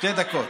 שתי דקות.